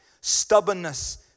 stubbornness